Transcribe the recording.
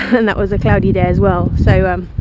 and that was a cloudy day as well. so, um,